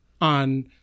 on